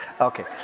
Okay